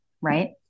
Right